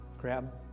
Grab